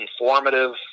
informative